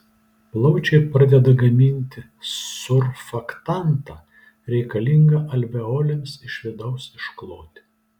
plaučiai pradeda gaminti surfaktantą reikalingą alveolėms iš vidaus iškloti